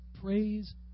praise